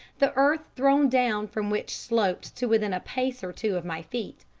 the earth thrown down from which sloped to within a pace or two of my feet.